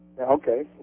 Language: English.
Okay